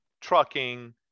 trucking